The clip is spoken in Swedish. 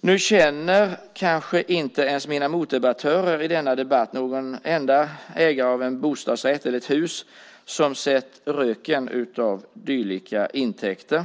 Nu känner kanske inte ens mina motdebattörer i denna debatt någon enda ägare av en bostadsrätt eller ett hus som har sett röken av dylika intäkter.